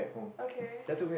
okay